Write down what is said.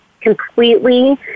completely